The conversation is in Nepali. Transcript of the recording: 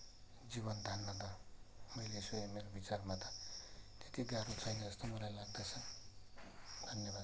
जीवन धान्न त मैले स्वयम् मेरो बिचारमा त त्यति गाह्रो छैन जस्तो मलाई लाग्दछ धन्यवाद